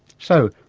so,